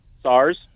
SARS